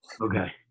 Okay